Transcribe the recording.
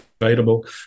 available